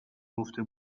گفته